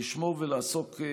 "לשמור ולעסוק"